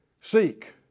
Seek